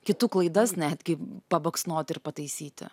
kitų klaidas netgi pabaksnoti ir pataisyti